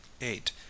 eight